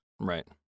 Right